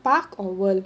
park or world